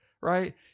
right